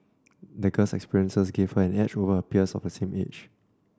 the girl's experiences gave her an edge over her peers of the same age